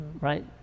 right